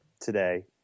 today